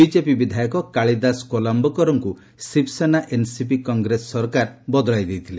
BJP ବିଧାୟକ କାଳିଦାସ କୋଲାୟକରଙ୍କୁ Shiv Sena NCP Congress ସରକାର ବଦଳାଇ ଦେଇଥିଲେ